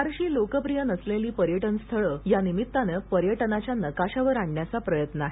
फारशी लोकप्रीय नसलेली पर्यटनस्थळ या निमित्ताने पर्यटनाच्या नकाशावर आणण्याचा प्रयत्न आहे